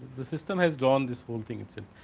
the system has drawn this whole thing itself.